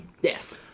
Yes